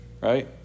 right